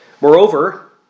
Moreover